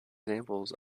examples